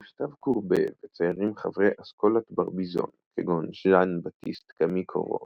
גוסטב קורבה וציירים חברי "אסכולת ברביזון" כגון ז'אן-בטיסט קאמי קורו,